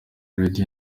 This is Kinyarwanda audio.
radio